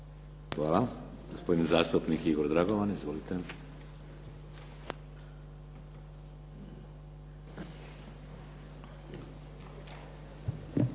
Hvala. Gospodin zastupnik Igor Dragovan. Izvolite.